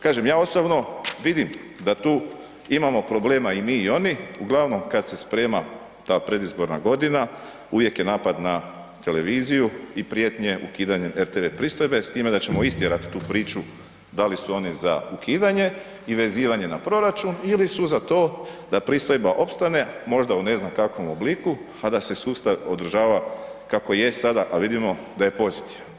Kažem ja osobno vidim da tu imamo problema i mi i oni, uglavnom kad se sprema ta predizborna godina uvijek je napad na televiziju i prijetnje ukidanjem rtv pristojbe s time da ćemo istjerat tu priču da li su oni za ukidanje i vezivanje na proračun ili su za to pristojba opstane možda u ne znam kakvom obliku, a da se sustav održava kako je sada, a vidimo da je pozitivan.